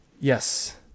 Yes